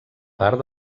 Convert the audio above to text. part